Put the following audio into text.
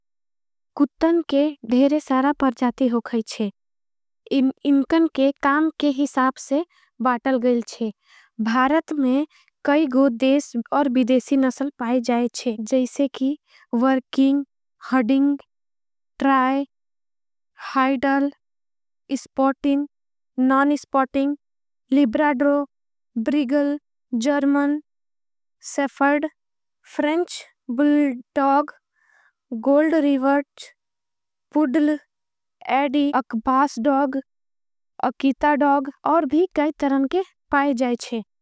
कुत्तन के धेरे सारा परजाती होगाईच्छे इनकन के। काम के हिसापसे बातल गईलच्छे भारत में कई। गो देश और बिदेशी नसल पाईजाईच्छे जैसे की। वर्किंग, हडिंग, try, hydel, sporting, non. Sporting, लिब्राड्रो, ब्रिगल, German, shepherd French. Bull dog, gold रीवर्च, पुडल, एड़ी, अकपास डौग। अकीता डौग और भी काई तरण के पाईजाईच्छे।